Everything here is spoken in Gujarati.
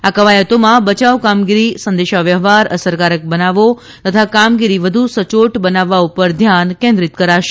આ કવાયતોમાં બયાવ કામગીરી સંદેશાવ્યવહાર અસરકારક બનાવવો તથા કામગીરી વધુ સચોટ બનાવવા ઉપર ધ્યાન કેન્દ્રિત કરાશે